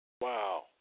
Wow